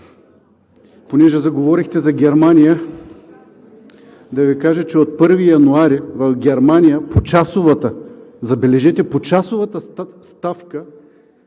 понеже заговорихте за Германия, да Ви кажа, че от 1 януари в Германия почасовата, забележете, почасовата ставка